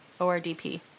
ordp